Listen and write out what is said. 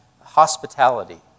hospitality